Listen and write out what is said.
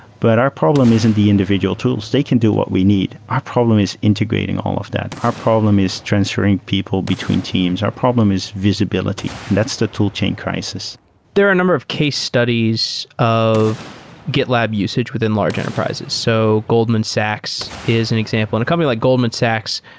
but our problem isn't the individual tools. they can do what we need. our problem is integrating all of that. our problem is transferring people between teams. our problem is visibility. and that's the tool chain crisis there are a number of case studies of gitlab usage within large enterprises. so goldman goldman sachs is an example. and a company like goldman sachs,